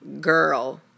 Girl